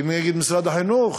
נגד משרד החינוך.